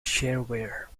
shareware